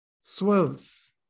swells